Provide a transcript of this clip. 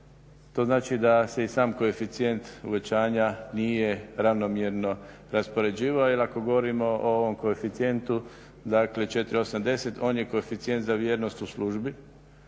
To znači da se i sam koeficijent uvećanja nije ravnomjerno raspoređivao, jer ako govorimo o ovom koeficijentu dakle 4, 8, 10 on je koeficijent za vjernost u službi